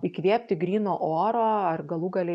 įkvėpti gryno oro ar galų gale